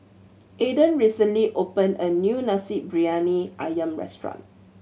Aaden recently opened a new Nasi Briyani Ayam restaurant